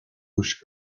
busch